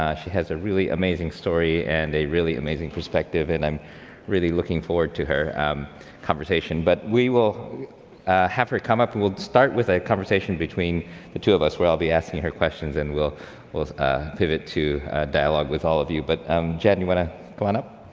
ah she has a really amazing story and a really amazing perspective. and i'm really looking forward to her um conversation. but we will have her come up. and we'll start with a conversation between the two of us, where i'll be her questions and we'll ah pivot to dialogue with all of you. but um jan, you wanna come on up?